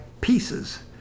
pieces